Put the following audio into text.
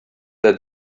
their